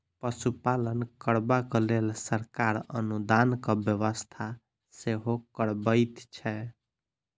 पशुपालन करबाक लेल सरकार अनुदानक व्यवस्था सेहो करबैत छै